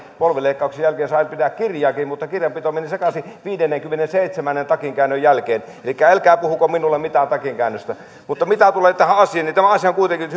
polvileikkauksen jälkeen sairauslomalla ollessani sain pitää kirjaakin kirjanpito meni sekaisin viidennenkymmenennenseitsemännen takinkäännön jälkeen elikkä älkää puhuko minulle mitään takinkäännöstä mutta mitä tulee tähän asiaan niin tämä asia on kuitenkin